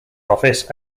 office